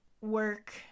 work